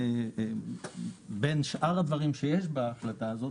בין שאר הדברים שיש בהחלטה הזאת,